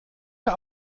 der